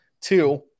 Two